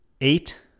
eight